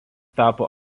tapo